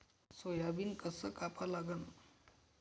Soybean कस कापा लागन?